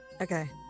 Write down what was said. Okay